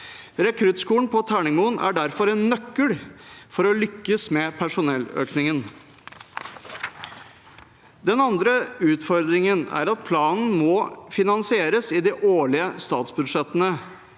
Rekruttskolen på Terningmoen er derfor en nøkkel for å lykkes med personelløkningen. Den andre utfordringen er at planen må finansieres i de årlige statsbudsjettene.